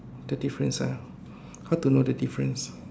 the difference ah how to know the difference